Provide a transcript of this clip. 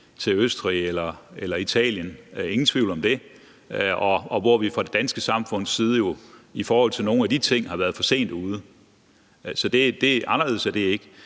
til Østrig eller Italien – ingen tvivl om det – og hvor vi fra det danske samfunds side jo i forhold til nogle af de ting har været for sent ude. Anderledes er det ikke.